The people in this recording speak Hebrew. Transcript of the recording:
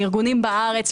לארגונים בארץ,